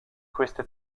queste